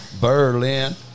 Berlin